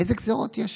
איזה גזרות יש?